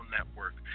Network